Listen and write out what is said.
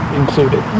included